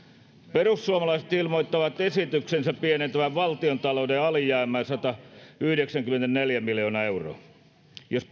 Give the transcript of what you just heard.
perussuomalaiset ilmoittavat esityksensä pienentävän valtiontalouden alijäämää satayhdeksänkymmentäneljä miljoonaa euroa jos